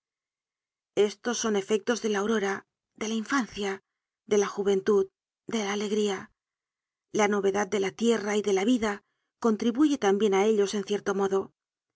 estos son efectos de la aurora de la infancia de la juventud de la alegría la novedad de la tierra y de la vida contribuye tambien á ellos en cierto modo